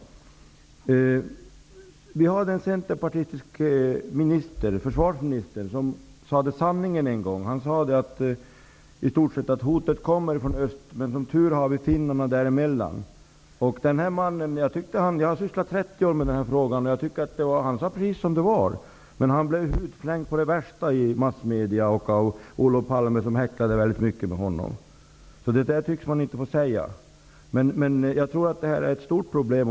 En tidigare centerpartistisk försvarsminister sade en gång en sanning. Han sade att hotet kommer från öst, men att som tur är finns finnarna däremellan. Jag har sysslat med dessa frågor i 30 år, och denna man är den som har sagt precis hur det är. Men han blev för detta uttalande hudflängd i massmedierna, och Olof Palme häcklade honom. Något sådant fick man tydligen inte säga. Men här finns ett stort problem.